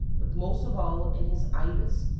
but most of all in his ibis,